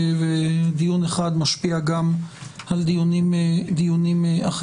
ודיון אחד משפיע גם על דיונים אחרים.